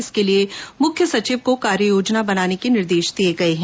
इसके लिए मुख्य सचिव को कार्य योजना बनाने के निर्देश दिये गय हैं